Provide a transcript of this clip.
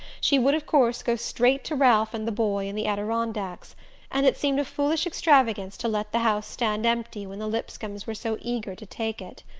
she would of course go straight to ralph and the boy in the adirondacks and it seemed a foolish extravagance to let the house stand empty when the lipscombs were so eager to take it.